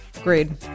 Agreed